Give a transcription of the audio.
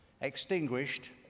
extinguished